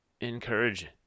encourage